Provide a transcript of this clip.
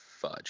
Fudge